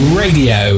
radio